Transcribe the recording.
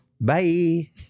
Bye